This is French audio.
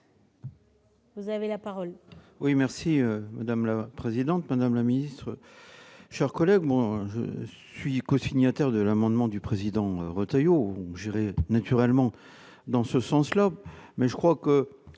Vous avez la parole